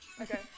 Okay